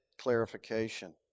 clarification